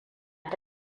ta